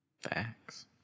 Facts